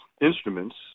instruments